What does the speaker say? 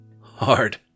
hard